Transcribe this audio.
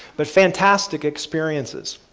but fantastic experiences.